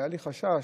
והיה לי חשש